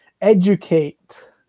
educate